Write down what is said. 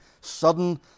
sudden